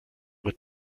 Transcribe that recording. wird